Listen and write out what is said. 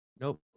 nope